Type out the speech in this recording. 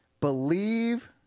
believe